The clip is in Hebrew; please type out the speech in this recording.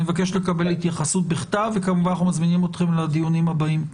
אני מבקש לקבל התייחסות בכתב וכמובן אנחנו מזמינים אתכם לדיונים הבאים.